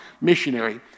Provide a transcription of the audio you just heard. missionary